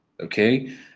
okay